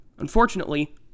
Unfortunately